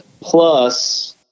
plus